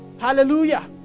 hallelujah